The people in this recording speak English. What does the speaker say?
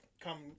come